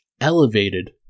elevated